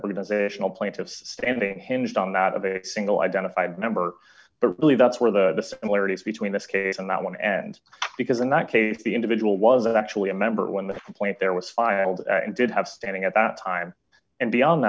organizational plaintiff's standing hinged on that of a single identified member but really that's where the similarities between this case and that one and because in that case the individual was actually a member when the complaint there was filed and did have standing at that time and beyond